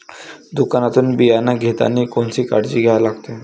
दुकानातून बियानं घेतानी कोनची काळजी घ्या लागते?